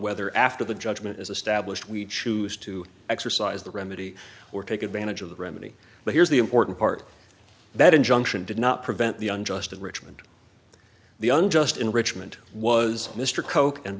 whether after the judgment is established we choose to exercise the remedy or take advantage of the remedy but here's the important part that injunction did not prevent the unjust enrichment the unjust enrichment was mr coke and